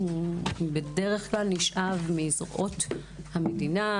בדרך-כלל נשאב מזרועות המדינה,